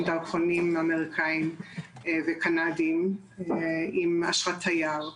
דרכונים אמריקאים וקנדים עם אשרת תייר,